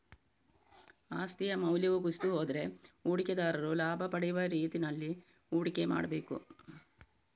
ಆಸ್ತಿಯ ಮೌಲ್ಯವು ಕುಸಿದು ಹೋದ್ರೆ ಹೂಡಿಕೆದಾರರು ಲಾಭ ಪಡೆಯುವ ರೀತಿನಲ್ಲಿ ಹೂಡಿಕೆ ಮಾಡ್ಬೇಕು